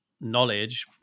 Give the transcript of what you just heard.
knowledge